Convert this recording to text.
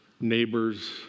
neighbors